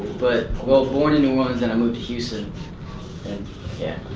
but born in new orleans and i moved to houston and yeah.